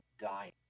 dying